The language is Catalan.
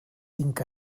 cinc